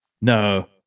No